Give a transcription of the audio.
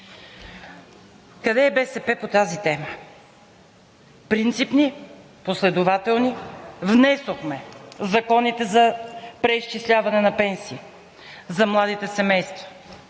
Къде е БСП по тази тема? Принципни и последователни, внесохме законите за преизчисляване на пенсии, за младите семейства,